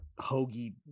hoagie